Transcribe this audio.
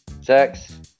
Sex